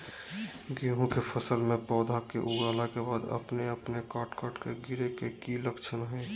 गेहूं के फसल में पौधा के उगला के बाद अपने अपने कट कट के गिरे के की लक्षण हय?